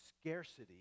scarcity